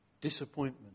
Disappointment